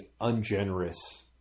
ungenerous